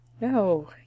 No